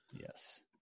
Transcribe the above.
Yes